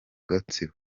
gatsibo